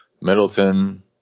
Middleton